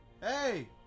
Hey